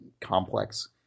complex